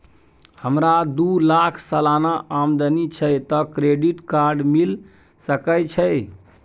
हमरा दू लाख सालाना आमदनी छै त क्रेडिट कार्ड मिल सके छै?